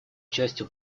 частью